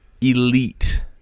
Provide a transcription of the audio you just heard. elite